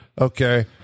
Okay